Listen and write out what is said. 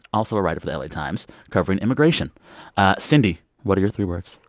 also a writer for the la times, covering immigration cindy, what are your three words?